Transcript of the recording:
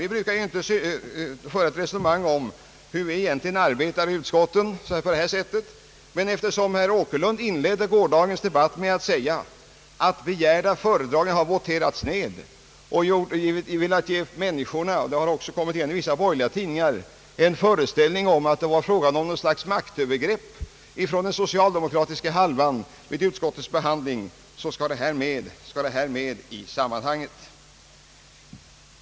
Vi brukar ju inte föra ett resonemang om hur vi arbetar i utskotten, men eftersom herr Åkerlund inledde gårdagens debatt med att säga, att begärda föredragningar hade voterats ned, och ville ge människorna — det har även kommit igen i vissa borgerliga tidningar — en föreställning om att det var fråga om något slags maktövergrepp från den socialdemokratiska utskottshalvan vid utskottets behandling, skall denna fakta lämnas.